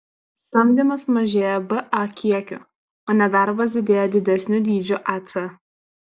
samdymas mažėja ba kiekiu o nedarbas didėja didesniu dydžiu ac